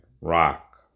rock